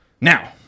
Now